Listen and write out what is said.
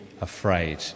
Afraid